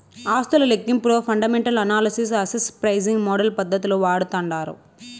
ఆస్తుల లెక్కింపులో fundamental analysis, asset pricing model పద్దతులు వాడతాండారు